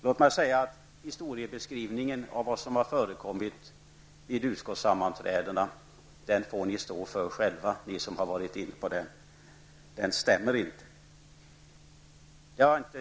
Låt mig säga att historiebeskrivningen av vad som har förekommit vid utskottssammanträdena får ni stå för själva, ni som har tagit upp det. Den stämmer inte!